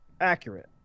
accurate